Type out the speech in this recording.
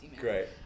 Great